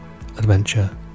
adventure